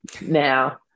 now